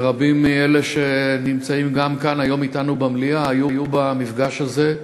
ורבים מאלה שנמצאים כאן היום אתנו במליאה היו במפגש הזה,